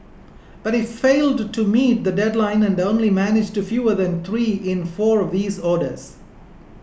but it failed to meet the deadline and only managed fewer than three in four of these orders